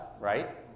right